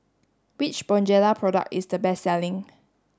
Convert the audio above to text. which Bonjela product is the best selling